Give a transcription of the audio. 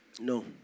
No